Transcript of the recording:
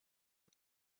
het